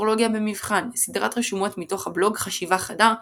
אסטרולוגיה במבחן - סדרת רשומות מתוך הבלוג "חשיבה חדה",